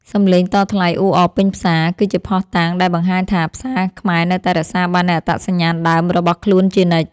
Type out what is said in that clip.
សម្លេងតថ្លៃអ៊ូអរពេញផ្សារ គឺជាភស្តុតាងដែលបង្ហាញថាផ្សារខ្មែរនៅតែរក្សាបាននូវអត្តសញ្ញាណដើមរបស់ខ្លួនជានិច្ច។